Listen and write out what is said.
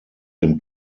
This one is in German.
dem